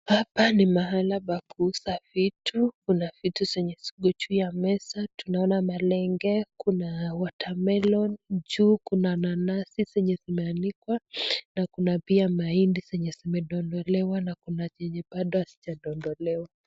Hapa ni mahali pa kuuza vitu, kuna vitu zenye ziko juu ya meza tunaona makenge kuna water melon juu kuna nanasi zenye zimeanikwa, kuna pia mahindi zenye zimetondolewa na kuna yenye bado haijaondolewa.